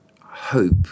hope